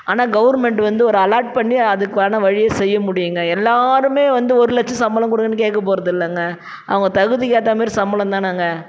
ஆனால் கவர்மெண்ட் வந்து ஒரு அலர்ட் பண்ணி அதுக்கான வழியை செய்ய முடியுங்க எல்லாருமே வந்து ஒரு லட்சம் சம்பளம் கொடுங்கன்னு கேட்க போகறது இல்லைங்க அவங்க தகுதிக்கேற்ற மாதிரி சம்பளம் தானுங்க